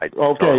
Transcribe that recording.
Okay